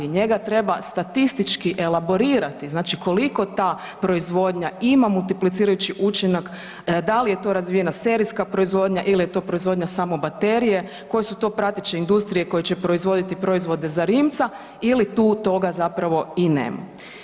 Njega treba statistički elaborirati znači koliko ta proizvodnja ima multiplicirajući učinak, da li je to razvijena serijska proizvodnja ili je to proizvodnja samo baterije, koje su to prateće industrije koje će proizvoditi proizvode za Rimca ili tu toga zapravo i nema.